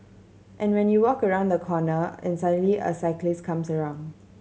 and when you walk around a corner and suddenly a cyclist comes around